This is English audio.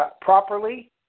properly